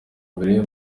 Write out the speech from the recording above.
mbere